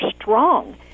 strong